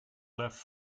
left